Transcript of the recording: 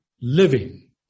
living